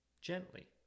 gently